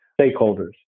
stakeholders